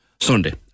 Sunday